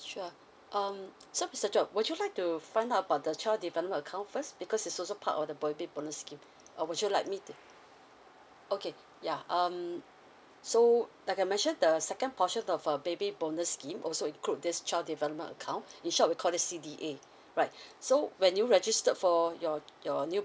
sure um so mister john would you like to find out about the child development account first because is also part of the baby bonus scheme or would you like me to okay yeah um so like I mentioned the second portion of a baby bonus scheme also include this child development account in short we call it C_D_A right so when you register for your your new